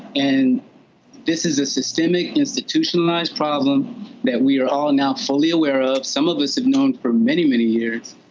and this is a systemic institutionalized problem that we are all now fully aware of. some of us have known for many, many years.